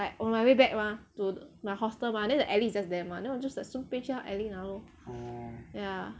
like on my way back mah to my hostel mah then the alley is just there mah then 我 just like 顺便去他 alley 拿 lor